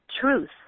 truth